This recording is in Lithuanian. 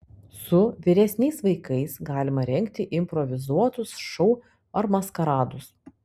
su vyresniais vaikais galima rengti improvizuotus šou ar maskaradus